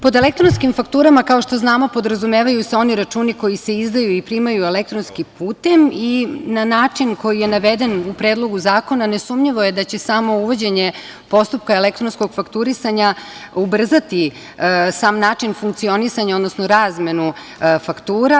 Pod elektronskim fakturama, kao što znamo, podrazumevaju se oni računi koji se izdaju i primaju elektronskim putem i na način koji je naveden u Predlogu zakona nesumnjivo je da će samo uvođenje postupka elektronskog fakturisanja ubrzati sam način funkcionisanja, odnosno razmenu faktura.